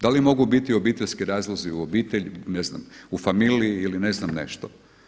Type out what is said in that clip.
Da li mogu biti obiteljski razlozi u obitelji, ne znam, u familiji ili ne znam nešto?